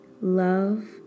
Love